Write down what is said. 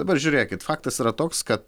dabar žiūrėkit faktas yra toks kad